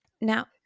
Now